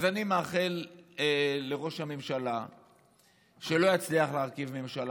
אז אני מאחל לראש הממשלה שלא יצליח להרכיב ממשלה